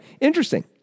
interesting